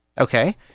Okay